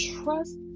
Trust